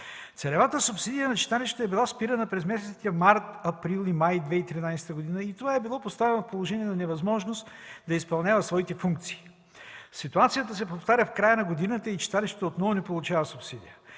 Целевата субсидия на читалището е била спирана през месеците март, април и май 2013 г. Това го е поставило в невъзможност да изпълнява своите функции. Ситуацията се повтаря в края на годината и читалището отново не получава субсидия.